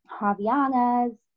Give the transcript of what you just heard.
Javiana's